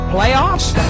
Playoffs